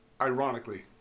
Ironically